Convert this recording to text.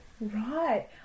right